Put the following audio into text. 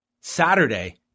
Saturday